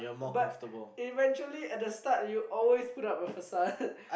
but eventually at the start you always put up a facade